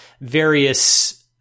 various